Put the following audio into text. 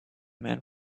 man